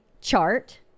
chart